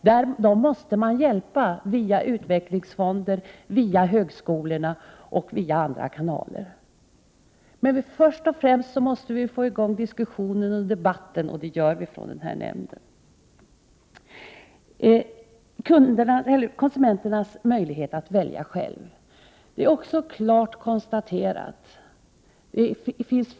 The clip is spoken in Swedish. Dessa företag måste vi hjälpa via utvecklingsfonder, via högskolorna och via andra kanaler. Men först och främst måste vi få i gång debatten, och det arbetar vi för i konsumenttekniska nämnden. Då det gäller konsumenternas möjlighet att välja själva har det gjorts klara konstateranden.